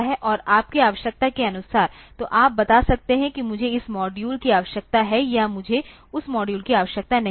और आपकी आवश्यकता के अनुसार तो आप बता सकते हैं कि मुझे इस मॉड्यूल की आवश्यकता है या मुझे उस मॉड्यूल की आवश्यकता नहीं है